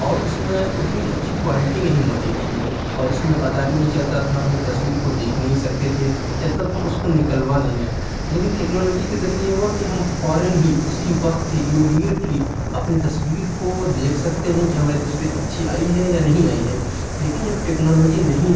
اور اس میں اتنی اچھی کوالٹی نہیں ہوتی تھی اور اس میں پتا بھی نہیں چلتا تھا ہم اپنی تصویر کو دیکھ نہیں سکتے تھے جب تک ہم اس کو نکلوا نہ لیں لیکن ٹیکنالوجی کے ذریعے یہ ہوا کہ ہم فوراً ہی اسی وقت ہی امیڈیٹلی اپنی تصویر کو دیکھ سکتے ہیں کہ ہماری تصویر اچھی آئی ہے یا نہیں آئی ہے لیکن جب ٹیکنالوجی نہیں تھی